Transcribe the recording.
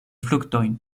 fruktojn